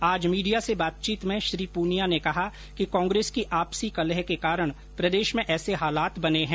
आज मीडिया से बातचीत में श्री पूनिया ने कहा कि कांग्रेस की आपसी कलह के कारण प्रदेश में ऐसे हालात बने हैं